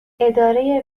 اداره